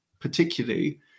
particularly